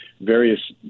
various